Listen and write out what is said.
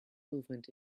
movement